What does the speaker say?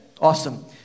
Awesome